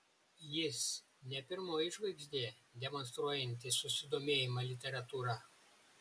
jis ne pirmoji žvaigždė demonstruojanti susidomėjimą literatūra